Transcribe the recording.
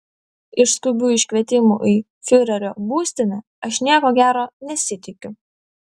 iš skubių iškvietimų į fiurerio būstinę aš nieko gero nesitikiu